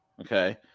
Okay